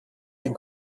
den